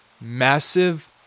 massive